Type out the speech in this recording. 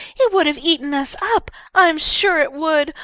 it would have eaten us up. i'm sure it would!